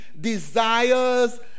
desires